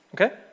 Okay